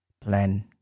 plan